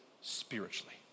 spiritually